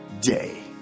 day